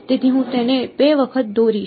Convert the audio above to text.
તેથી હું તેને 2 વખત દોરીશ